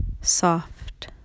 soft